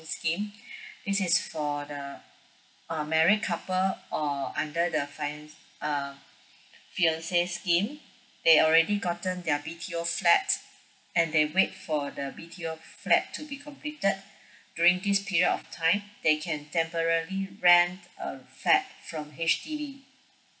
scheme this is for the uh married couple or under the fian~ uh fiance scheme they already gotten their B_T_O flat and they wait for the B_T_O flat to be completed during this period of time they can temporary rent a flat from H_D_B